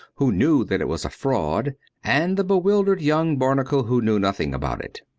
who knew that it was a fraud and the bewildered young barnacle who knew nothing about it.